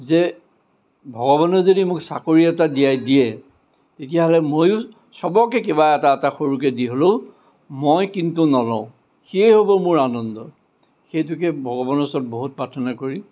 যে ভগৱানে যদি মোক চাকৰি এটা দিয়াই দিয়ে তেতিয়াহ'লে ময়ো চবকে কিবা এটা এটা সৰুকৈ দি হ'লেও মই কিন্তু নলওঁ সিয়েই হ'ব মোৰ আনন্দ সেইটোকে ভগৱানৰ ওচৰত বহুত প্ৰাৰ্থনা কৰি